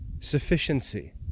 sufficiency